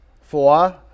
Four